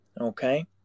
okay